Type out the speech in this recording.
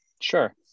Sure